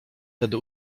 tedy